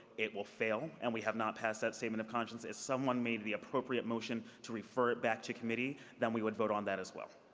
it will fail, and we have not pass that had statement of conscience. as someone made the appropriate motion to refer it back to committee, then we would vote on that as well.